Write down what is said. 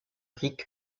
ric